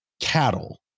Cattle